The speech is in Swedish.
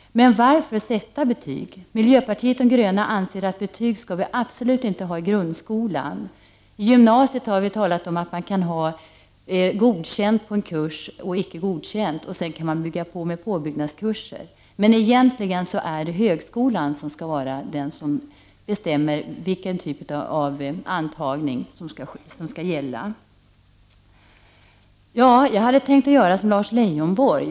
Men varför sätta betyg? Miljöpartiet de gröna anser att betyg skall vi absolut inte ha i grundskolan. I gymnasiet har vi talat om att man kan ha godkänt och icke godkänt på en kurs. Sedan kan man bygga på med påbyggnadskurser. Men egentligen är det högskolan som skall vara den som bestämmer vilken typ av antagning som skall gälla. Jag hade tänkt göra som Lars Leijonborg.